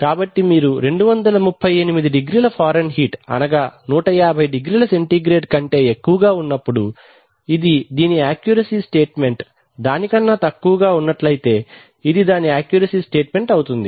కాబట్టి మీరు 238 డిగ్రీల ఫారెన్హీట్ అనగా 150 డిగ్రీ సెంటీగ్రేడ్ కంటే ఎక్కువగా వున్నప్పుడు ఇది దీని యాక్యూరసీ స్టేట్మెంట్ దాని కన్నా తక్కువగా ఉన్నట్లైతే ఇది దీని యాక్యూరసీ స్టేట్మెంట్ అవుతుంది